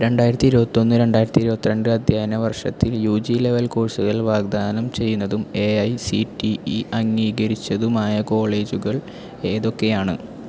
രണ്ടായിരത്തി ഇരുപത്തി ഒന്ന് രണ്ടായിരത്തി ഇരുപത്തി രണ്ട് അധ്യയന വർഷത്തിൽ യു ജി ലെവൽ കോഴ്സുകൾ വാഗ്ദാനം ചെയ്യുന്നതും A I C T E അംഗീകരിച്ചതുമായ കോളേജുകൾ ഏതൊക്കെയാണ്